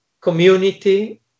community